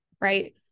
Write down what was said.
right